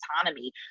autonomy